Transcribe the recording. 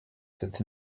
cet